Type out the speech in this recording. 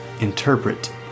interpret